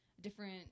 different